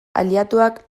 aliatuak